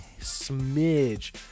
smidge